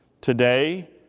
Today